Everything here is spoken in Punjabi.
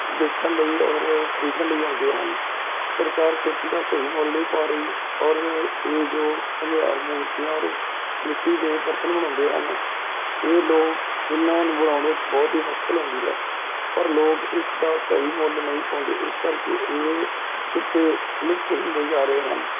ਦੇਖਣ ਲਈ ਔਰ ਖਰੀਦਣ ਲਈ ਆਉਂਦੇ ਹਨ ਸਰਕਾਰ ਖੇਤੀ ਤਾਂ ਸਹੀ ਮੁੱਲ ਨਹੀਂ ਪਾ ਰਹੀ ਔਰ ਇਹ ਜੋ ਘੁਮਿਆਰ ਮੂਰਤੀਆਂ ਔਰ ਮਿੱਟੀ ਦੇ ਬਰਤਨ ਬਣਾਉਂਦੇ ਹਨ ਇਹ ਲੋਕ ਇਹਨਾਂ ਨੂੰ ਬਣਾਉਣ ਵਿੱਚ ਬਹੁਤ ਹੀ ਮੁਸ਼ਕਿਲ ਆਉਂਦੀ ਹੈ ਪਰ ਲੋਕ ਇਸ ਦਾ ਸਹੀ ਮੁੱਲ ਨਹੀਂ ਪਾਉਂਦੇ ਇਸ ਕਰਕੇ ਇਹ ਕਿੱਤੇ ਅਲੁਪਤ ਹੁੰਦੇ ਜਾ ਰਹੇ ਹਨ